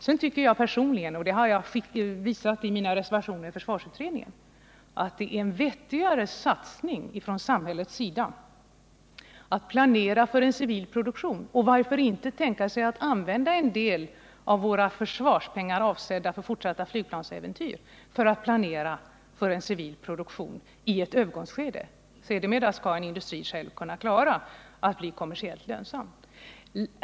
Jag tycker personligen — och det har jag redovisat i mina reservationer i försvarsutredningen — att det är en vettigare satsning från samhällets synpunkt att planera för en civil produktion, och varför kan man inte tänka sig att använda en del av våra försvarspengar, avsedda för fortsatta flygplansäventyr, för att planera för en civil produktion i ett övergångsskede? Sedermera skall berörda industrier själva kunna klara att bli kommersiellt lönsamma.